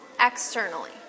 externally